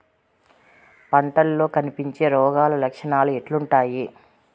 పంటల్లో కనిపించే రోగాలు లక్షణాలు ఎట్లుంటాయి?